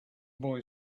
boy